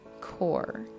core